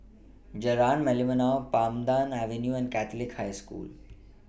Jalan Merlimau Pandan Avenue and Catholic High School